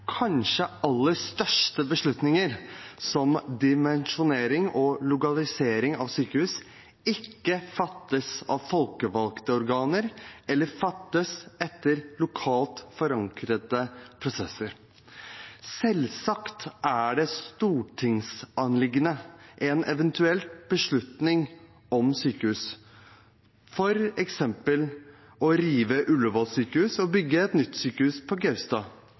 kanskje aller største beslutninger, som dimensjonering og lokalisering av sykehus, ikke fattes av folkevalgte organer eller etter lokalt forankrede prosesser. Selvsagt er eventuelle beslutninger om sykehus, f.eks. å rive Ullevål sykehus og bygge et nytt sykehus på Gaustad,